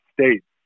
states